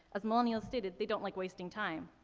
as millennials stated they don't like wasting time.